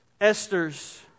Esther's